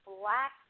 black